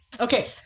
Okay